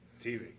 TV